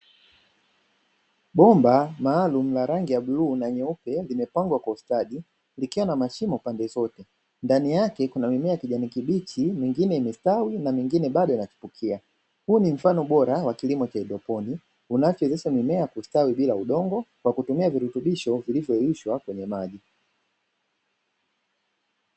Bomba maalumu la rangi ya bluu na nyeupe limepangwa kwa ustadi, likiwa na mashimo pande zote ndani yake kuna mimea ya kijani kibichi mingine imestawi na mingine bado inachipukia, huu ni mfano bora wa kilimo cha haidroponi, unachowezesha mimea kustawi bila udongo kwa kutumia virutubisho viliyoyeyushwa kwenye maji.